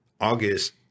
August